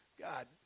God